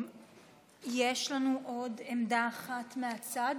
יש לנו עוד עמדה אחת מהצד,